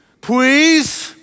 please